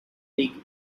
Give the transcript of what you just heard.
league